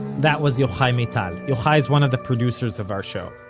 that was yochai maital. yochai's one of the producers of our show.